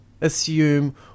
assume